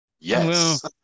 yes